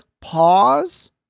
pause